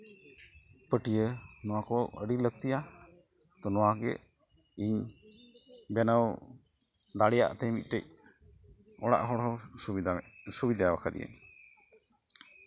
ᱯᱟᱹᱴᱤᱭᱟᱹ ᱱᱚᱣᱟᱠᱚ ᱟᱹᱰᱤ ᱞᱟᱹᱠᱛᱤᱭᱟ ᱛᱚ ᱱᱚᱣᱟᱜᱮ ᱤᱧ ᱵᱮᱱᱟᱣ ᱫᱟᱲᱮᱭᱟᱜ ᱛᱤᱧ ᱢᱤᱫᱴᱤᱡ ᱚᱲᱟᱜ ᱦᱚᱲᱦᱚᱸ ᱥᱩᱵᱤᱫᱷᱟ ᱥᱩᱵᱤᱫᱷᱟ ᱠᱟᱣᱫᱮᱭᱟᱹᱧ